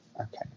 Okay